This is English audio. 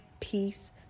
Peace